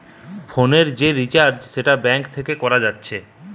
ফোনের যে রিচার্জ সেটা ব্যাঙ্ক থেকে করা যাতিছে